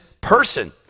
person